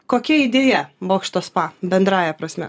kokia idėja bokšto spa bendrąja prasme